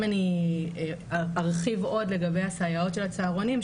אם אני ארחיב עוד לגבי הסייעות של הצהרונים,